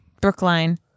Brookline